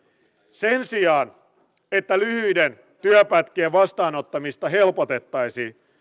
sen sijaan että lyhyiden työpätkien vastaanottamista helpotettaisiin